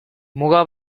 muga